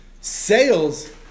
Sales